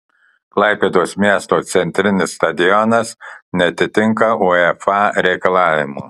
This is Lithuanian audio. klaipėdos miesto centrinis stadionas neatitinka uefa reikalavimų